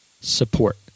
support